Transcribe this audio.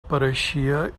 pareixia